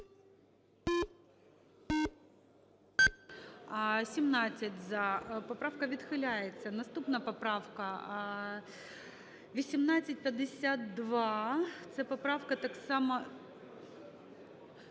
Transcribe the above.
За-17 Поправка відхиляється. Наступна поправка 1852. Це поправка так само…